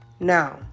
Now